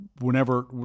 whenever